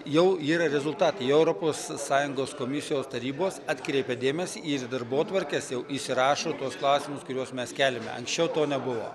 jau yra rezultatai jau europos sąjungos komisijos tarybos atkreipė dėmesį į darbotvarkes jau įsirašo tuos klausimus kuriuos mes keliame anksčiau to nebuvo